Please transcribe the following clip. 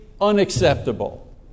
unacceptable